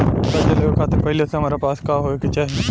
कर्जा लेवे खातिर पहिले से हमरा पास का होए के चाही?